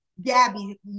Gabby